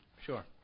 Sure